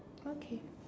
okay